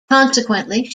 consequently